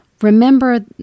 remember